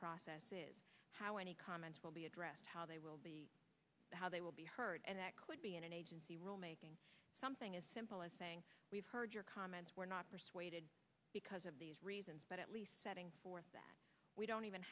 process is how any comments will be addressed how they will be how they will be heard and that could be an agency rulemaking something as simple as saying we've heard your comments we're not persuaded because of these reasons but at least setting forth that we don't even